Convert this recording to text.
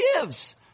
gives